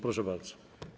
Proszę bardzo.